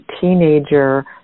teenager